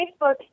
Facebook